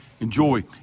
enjoy